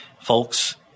Folks